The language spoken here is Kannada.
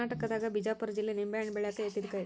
ಕರ್ನಾಟಕದಾಗ ಬಿಜಾಪುರ ಜಿಲ್ಲೆ ನಿಂಬೆಹಣ್ಣ ಬೆಳ್ಯಾಕ ಯತ್ತಿದ ಕೈ